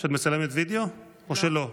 שאת מצלמת וידיאו, או שלא?